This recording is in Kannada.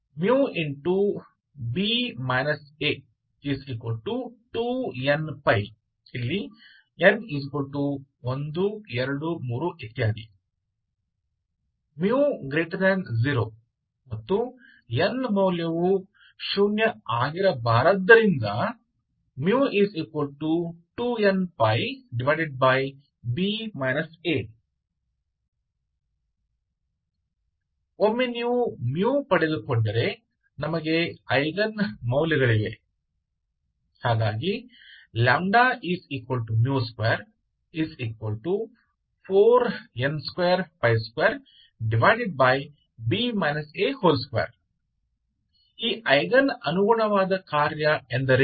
b a2nπ n123 μ0 ಮತ್ತು n ಮೌಲ್ಯವು 0 ಆಗಿರಬಾರದ್ದರಿಂದ μ2nπ ಒಮ್ಮೆ ನೀವು μ ಪಡೆದುಕೊಂಡರೆ ನಮಗೆ ಐಗನ್ ಮೌಲ್ಯಗಳಿವೆ λ24n222 ಈಗ ಐಗನ್ ಅನುಗುಣವಾದ ಕಾರ್ಯ ಎಂದರೇನು